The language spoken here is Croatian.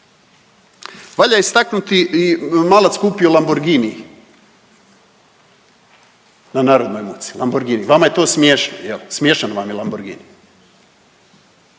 Valja istaknuti i malac kupio Lamborghini na narodnoj muci, Lamborghini, vama je to smiješno jel, smiješan vam je Lamborghini.